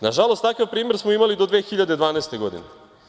Nažalost takav primer smo imali do 2012. godine.